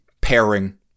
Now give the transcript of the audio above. pairing